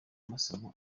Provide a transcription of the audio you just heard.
amasomo